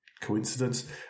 coincidence